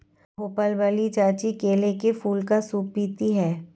भोपाल वाली चाची केले के फूल का सूप पीती हैं